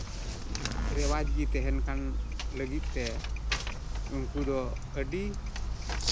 ᱨᱮᱣᱟᱡᱽ ᱜᱮ ᱛᱟᱦᱮᱱ ᱠᱟᱱ ᱞᱟᱹᱜᱤᱫ ᱛᱮ ᱩᱱᱠᱩ ᱫᱚ ᱟᱹᱰᱤ